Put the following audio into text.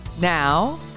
now